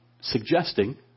suggesting